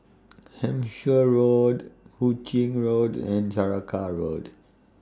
Hampshire Road Hu Ching Road and Saraca Road